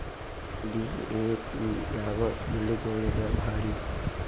DAP ಯಾವ ಬೆಳಿಗೊಳಿಗ ಭಾರಿ?